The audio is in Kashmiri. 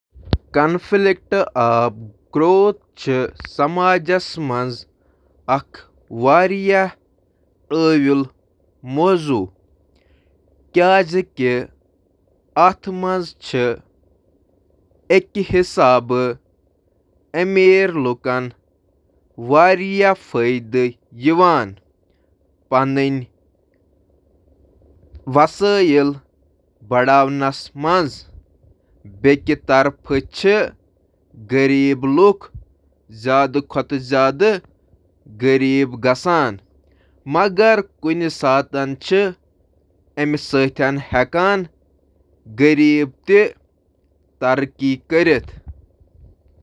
تنازعہٕ ہیکہٕ واریہن طریقن سۭتۍ ترقی تہٕ ترقی منٛز مثبت کردار ادا کرتھ، یتھ منٛز شٲمل: ذٲتی نمو ، بہتر تعلقات ، تنظیمی ہیچھن: تخلیقی صلاحیتہٕ، اختراع: تنازعہٕ ہیکہٕ اختراعتس فروغ دینس منٛز مدد کرتھ۔